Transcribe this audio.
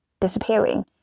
disappearing